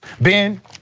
Ben